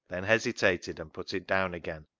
then hesitated and put it down again,